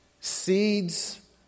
seeds